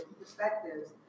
perspectives